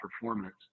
performance